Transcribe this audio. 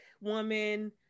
woman